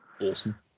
Awesome